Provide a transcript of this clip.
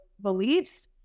beliefs